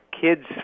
kids